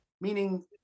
meaning